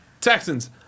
Texans